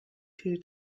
two